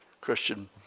Christian